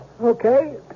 Okay